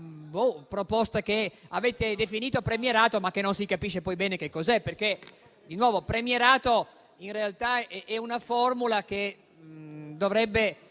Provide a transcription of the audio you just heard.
la proposta che avete definito premierato, ma che non si capisce poi bene che cosa sia, visto che il nuovo premierato in realtà è una formula che dovrebbe